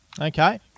Okay